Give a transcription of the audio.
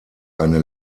eine